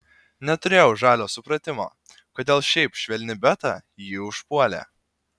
neturėjau žalio supratimo kodėl šiaip švelni beta jį užpuolė